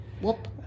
Whoop